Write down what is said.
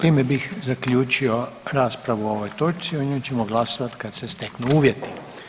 Time bih zaključio raspravu o ovoj točci, o njoj ćemo glasovati kad se steknu uvjeti.